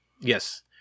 Yes